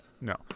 No